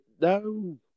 No